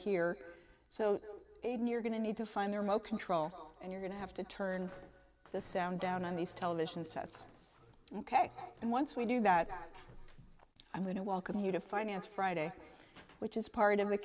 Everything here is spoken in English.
so you're going to need to find the remote control and you're going to have to turn the sound down on these television sets ok and once we do that i'm going to welcome you to finance friday which is part of the